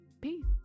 Peace